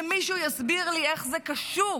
שמישהו יסביר לי איך זה קשור